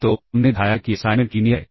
तो हमने दिखाया है कि असाइनमेंट लीनियर है